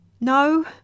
No